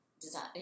design